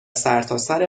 سرتاسر